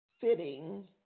fitting